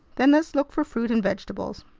then let's look for fruit and vegetables.